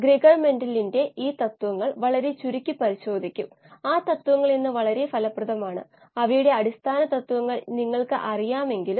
ഇതിൽ മാറ്റങ്ങൾ വരുമ്പോൾ kLa മൂല്യവും മാറും